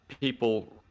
people